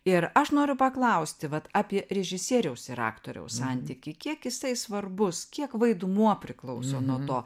ir aš noriu paklausti vat apie režisieriaus ir aktoriaus santykį kiek jisai svarbus kiek vaidmuo priklauso nuo to